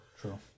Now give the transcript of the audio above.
True